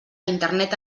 internet